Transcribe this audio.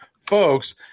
folks